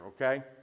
okay